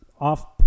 off-